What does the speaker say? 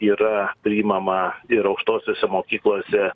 yra priimama ir aukštosiose mokyklose